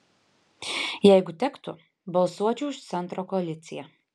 jeigu tektų balsuočiau už centro koaliciją